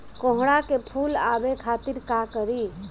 कोहड़ा में फुल आवे खातिर का करी?